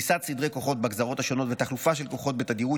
פריסת סדרי הכוחות בגזרות השונות ותחלופה של כוחות בתדירות